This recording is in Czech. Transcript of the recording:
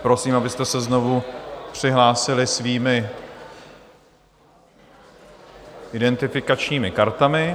Prosím, abyste se znovu přihlásili svými identifikačními kartami.